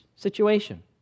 Situation